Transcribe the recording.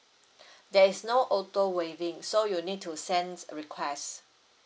there is no auto waiving so you need to send request